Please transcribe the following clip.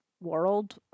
world